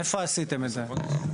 איפה עשיתם את זה?